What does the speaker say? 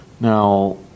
Now